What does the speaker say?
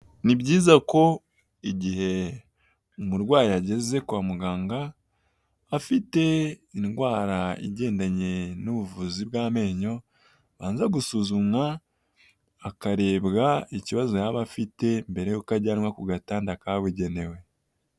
Ni byiza ko igihe umurwayi ageze kwa muganga afite indwara igendanye n'ubuvuzi bw'amenyo abanza gusuzumwa, akarebwa ikibazo yaba afite mbere yuko ajyanwa ku gatanda kabugenewe.